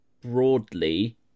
broadly